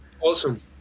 Awesome